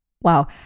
Wow